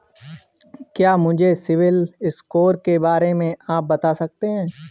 क्या मुझे सिबिल स्कोर के बारे में आप बता सकते हैं?